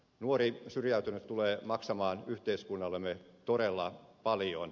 nuori syrjäytynyt tulee maksamaan yhteiskunnallemme todella paljon